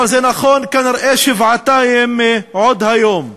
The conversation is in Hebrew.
אבל זה נכון כנראה שבעתיים עוד היום.